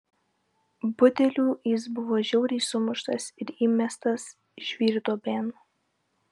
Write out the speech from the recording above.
budelių jis buvo žiauriai sumuštas ir įmestas žvyrduobėn